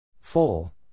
Full